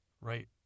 right